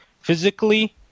physically